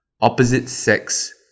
opposite-sex